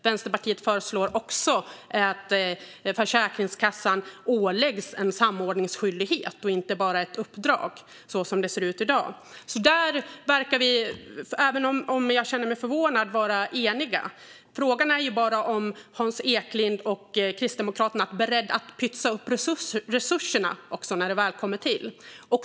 Vänsterpartiet föreslår också att Försäkringskassan ska åläggas en samordningsskyldighet, inte bara ett uppdrag, som det ser ut i dag. Där verkar vi, även om jag känner mig förvånad, vara eniga. Frågan är om Hans Eklind och Kristdemokraterna är beredda att pytsa in resurser när det väl gäller.